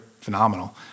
phenomenal